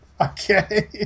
Okay